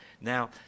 Now